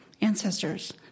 ancestors